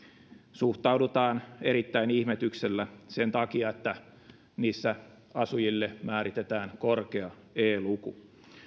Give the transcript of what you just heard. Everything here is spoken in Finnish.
suhtaudutaan erittäin suurella ihmetyksellä sen takia että niissä asujille määritetään korkea e luku